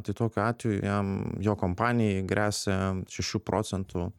tai tokiu atveju jam jo kompanijai gresia šešių procentų